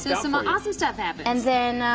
some um awesome stuff happens. and then,